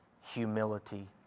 humility